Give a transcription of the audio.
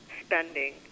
spending